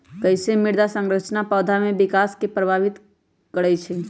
कईसे मृदा संरचना पौधा में विकास के प्रभावित करई छई?